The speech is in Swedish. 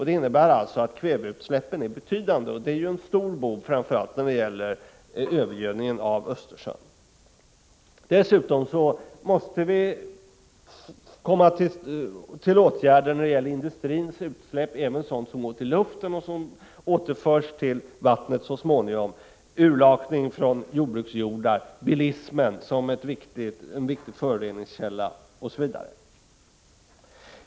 Det innebär att kväveutsläppen är betydande, och kväve är ju en stor bov, framför allt när det gäller övergödningen av Östersjön. Dessutom måste vi komma med åtgärder mot industrins utsläpp, även sådana som går ut i luften och så småningom återförs till vattnet, urlakningen från jordbruksjordar, bilismen, som är en viktig föroreningskälla, osv.